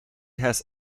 has